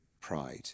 pride